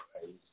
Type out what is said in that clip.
crazy